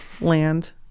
land